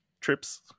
trips